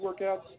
workouts